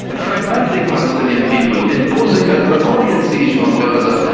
and fragmenting palestinian people, imposing a draconian siege on gaza,